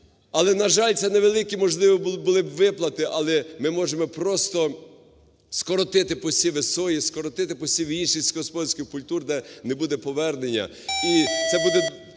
Але, на жаль, це невеликі, можливо, були б виплати, але ми можемо просто скоротити посіви сої, скоротити посіви інших сільськогосподарських культур, де не буде повернення.